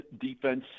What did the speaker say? defense